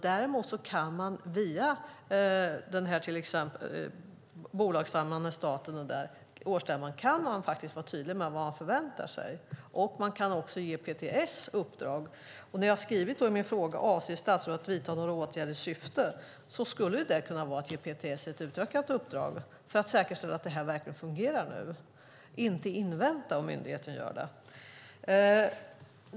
Däremot kan staten till exempel vid årsstämman vara tydlig med vad man förväntar sig, och man kan också ge PTS uppdrag. Jag har skrivit i min fråga: Avser statsrådet att vidta några åtgärder? Det skulle kunna vara att ge PTS ett utökat uppdrag för att säkerställa att det nu verkligen fungerar och inte invänta att myndigheten gör det.